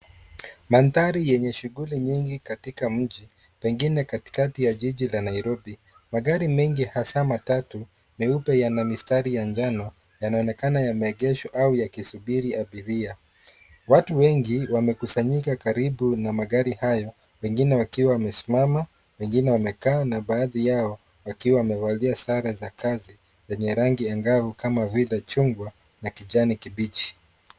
Mandhari yenye shughuli nyingi katika mji pengine katika jiji la Nairobi. magari mengi hasa matatu meupe yana mistari ya njano, yanaonekana yameegeshwa au yakisubiri abiria. Watu wengi wamekusinyika karibu na magari haya wengine wakiwa wamesimama wengine wamekaa na baadhi yao wakiwa wamevalia sare za kazi angavu kama vile chungwa na kijani kibichi.